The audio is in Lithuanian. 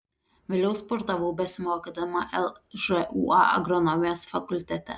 vėliau sportavau besimokydama lžūa agronomijos fakultete